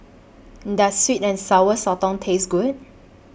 Does Sweet and Sour Sotong Taste Good